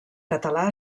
català